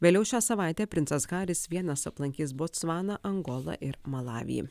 vėliau šią savaitę princas haris vienas aplankys botsvaną angolą ir malavį